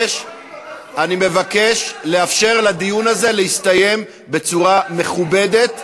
מבקש לאפשר לדיון הזה להסתיים בצורה מכובדת